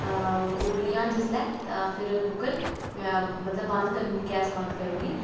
उब्बली जाहन जिसलै तां फ्ही कुक्कर जां मतलब बंद करी ओड़नी गैस बंद करी ओड़नी